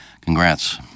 congrats